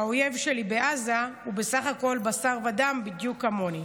שהאויב שלי בעזה הוא בסך הכול בשר ודם בדיוק כמוני,